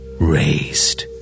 raised